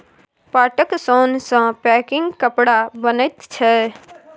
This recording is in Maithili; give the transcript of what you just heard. पाटक सोन सँ पैकिंग कपड़ा बनैत छै